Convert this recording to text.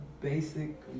basic